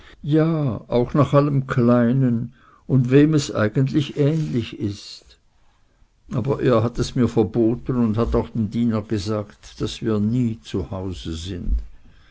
auch nach allem kleinen und wem es eigentlich ähnlich ist aber er hat es mir verboten und hat auch dem diener gesagt daß wir nie zu hause sind